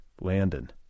Landon